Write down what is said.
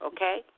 Okay